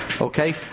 Okay